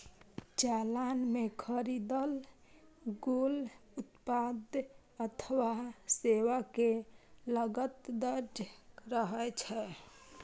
चालान मे खरीदल गेल उत्पाद अथवा सेवा के लागत दर्ज रहै छै